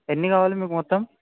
ఎన్ని కావాలి మీకు మొత్తం